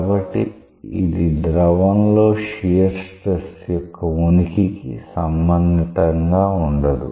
కాబట్టి ఇది ద్రవంలో షియర్ స్ట్రెస్ యొక్క ఉనికి కి సంబంధితంగా ఉండదు